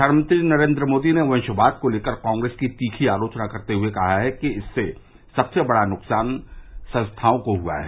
प्रधानमंत्री नरेन्द्र मोदी ने वंशवाद को लेकर कांग्रेस की तीखी आलोचना करते हुए कहा है कि इससे सबसे बड़ा नुकसान संस्थाओं को हुआ है